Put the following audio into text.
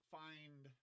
find